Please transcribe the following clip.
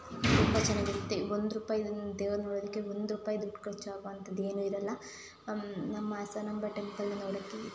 ತುಂಬ ಚೆನ್ನಾಗಿರುತ್ತೆ ಒಂದು ರೂಪಾಯಿ ದೇವರ ನೋಡೋದಕ್ಕೆ ಒಂದು ರೂಪಾಯಿ ದುಡ್ಡು ಖರ್ಚಾಗುವಂಥದ್ದು ಏನೂ ಇರೋಲ್ಲ ನಮ್ಮ ಹಾಸನಾಂಬ ಟೆಂಪಲ್ ನೋಡೋಕೆ